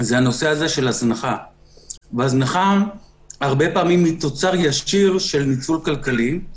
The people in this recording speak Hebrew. מממן לעצמו הנאות חיים בזמן שהאישה והילדים חיים במצור כלכלי ובעוני.